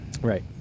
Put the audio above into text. Right